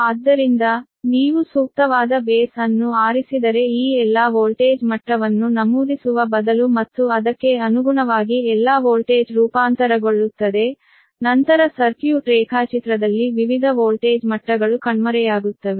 ಆದ್ದರಿಂದ ನೀವು ಸೂಕ್ತವಾದ ಬೇಸ್ ಅನ್ನು ಆರಿಸಿದರೆ ಈ ಎಲ್ಲಾ ವೋಲ್ಟೇಜ್ ಮಟ್ಟವನ್ನು ನಮೂದಿಸುವ ಬದಲು ಮತ್ತು ಅದಕ್ಕೆ ಅನುಗುಣವಾಗಿ ಎಲ್ಲಾ ವೋಲ್ಟೇಜ್ ರೂಪಾಂತರಗೊಳ್ಳುತ್ತದೆ ನಂತರ ಸರ್ಕ್ಯೂಟ್ ರೇಖಾಚಿತ್ರದಲ್ಲಿ ವಿವಿಧ ವೋಲ್ಟೇಜ್ ಮಟ್ಟಗಳು ಕಣ್ಮರೆಯಾಗುತ್ತವೆ